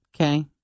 Okay